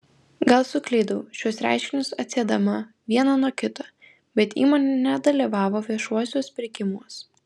gal suklydau šiuos reiškinius atsiedama vieną nuo kito bet įmonė nedalyvavo viešuosiuos pirkimuos